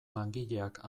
langileak